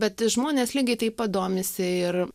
bet žmonės lygiai taip pat domisi ir